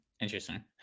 Interesting